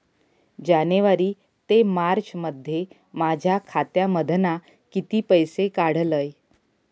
जानेवारी ते मार्चमध्ये माझ्या खात्यामधना किती पैसे काढलय?